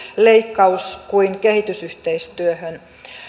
leikkaus kuin kehitysyhteistyöhön